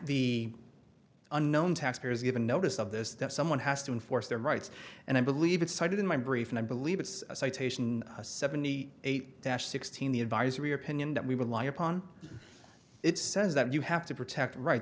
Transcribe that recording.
the unknown taxpayers given notice of this that someone has to enforce their rights and i believe it's cited in my brief and i believe it's a citation seventy eight dash sixteen the advisory opinion that we rely upon it says that you have to protect rights